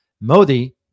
Modi